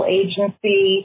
agency